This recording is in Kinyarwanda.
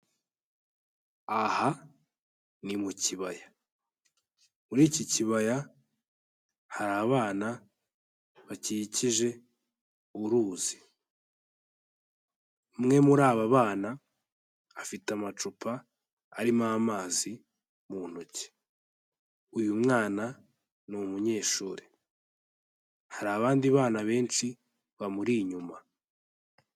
Aha ni mu kibaya, muri iki kibaya hari abana bakikije uruzi, umwe muri aba bana afite amacupa arimo amazi mu ntoki, uyu mwana ni umunyeshuri, hari abandi bana benshi bamuri inyuma.